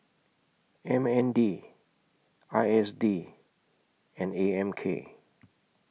M N D I S D and A M K